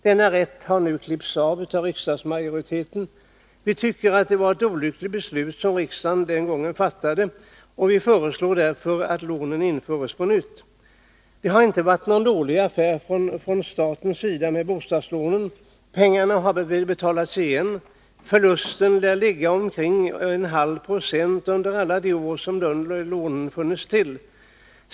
Denna rätt har den borgerliga regeringen så att säga klippt av. Vi tycker att det var ett olyckligt beslut som riksdagen den gången fattade. Vi föreslår därför att rätten till de aktuella lånen införs på nytt. Bostadslånen har inte varit någon dålig affär för staten. Pengarna har betalats tillbaka. Förlusten lär ligga omkring 0,5 26 under alla de år som lånen funnits till.